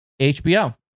HBO